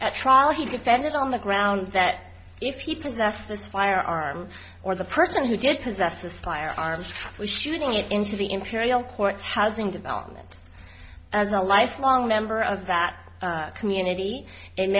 at trial he defended on the grounds that if you possess this firearm or the person who did possess this firearms was shooting it into the imperial courts housing development as a lifelong member of that community and